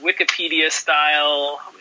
Wikipedia-style